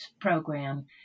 program